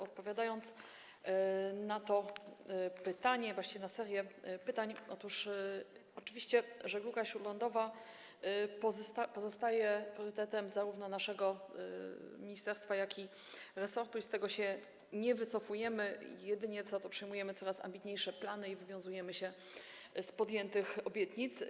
Odpowiadając na to pytanie, właściwie na serię pytań, powiem, że oczywiście żegluga śródlądowa pozostaje priorytetem zarówno naszego ministerstwa, jak i resortu i z tego się nie wycofujemy, a jedynie przyjmujemy coraz ambitniejsze plany i wywiązujemy się ze złożonych obietnic.